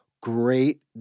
great